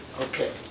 Okay